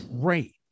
great